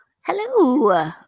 Hello